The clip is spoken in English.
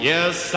Yes